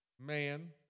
man